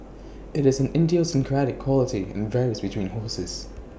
IT is an idiosyncratic quality and varies between horses